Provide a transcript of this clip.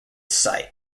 site